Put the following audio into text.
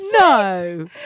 No